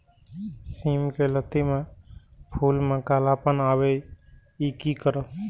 सिम के लत्ती में फुल में कालापन आवे इ कि करब?